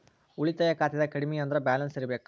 ಉಳಿತಾಯ ಖಾತೆದಾಗ ಕಡಮಿ ಅಂದ್ರ ಬ್ಯಾಲೆನ್ಸ್ ಇರ್ಬೆಕ್